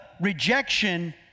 rejection